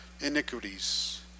iniquities